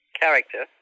character